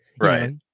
Right